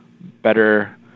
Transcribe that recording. better